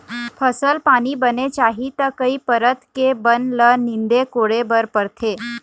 फसल पानी बने चाही त कई परत के बन ल नींदे कोड़े बर परथे